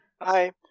Hi